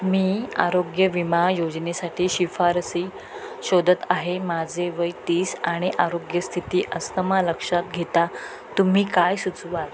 मी आरोग्य विमा योजनेसाठी शिफारसी शोधत आहे माझे वय तीस आणि आरोग्य स्थिती अस्थमा लक्षात घेता तुम्ही काय सुचवा